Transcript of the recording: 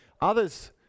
Others